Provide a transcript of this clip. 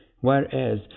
Whereas